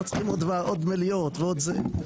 לא צריך עוד מליאות ועוד זה,